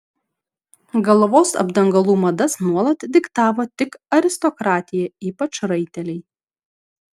galvos apdangalų madas nuolat diktavo tik aristokratija ypač raiteliai